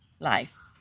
life